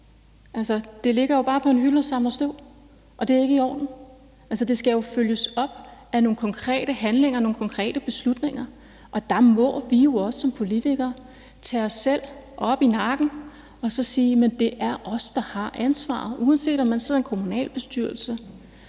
det bare ligger på en hylde og samler støv, og det er ikke i orden. Altså, det skal jo følges op af nogle konkrete handlinger og nogle konkrete beslutninger, og der må vi som politikere jo tage os selv i nakken og sige, at det er os, der har ansvaret. Uanset om man sidder i en kommunalbestyrelse,